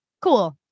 Cool